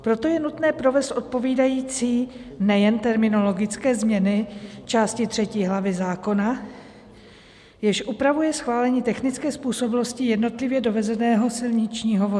Proto je nutné provést odpovídající, nejen terminologické změny části třetí hlavy zákona, jež upravuje schválení technické způsobilosti jednotlivě dovezeného silničního vozidla.